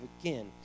again